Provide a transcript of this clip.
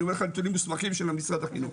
אני אומר לך הנתונים מוסמכים של משרד החינוך.